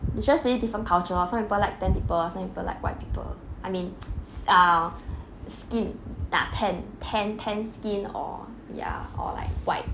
it's just really different culture lor some people like tanned people some people like white people I mean ah skin ah tanned tanned tanned skin or ya or like white